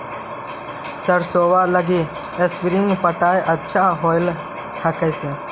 सरसोबा लगी स्प्रिंगर पटाय अच्छा होबै हकैय?